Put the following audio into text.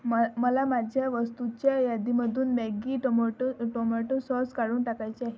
मय् मला माझ्या वस्तूच्या यादीमधून मॅगी टोमोटो टोमोटो सॉस काढून टाकायचे आहे